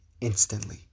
instantly